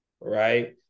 right